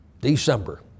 December